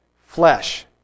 flesh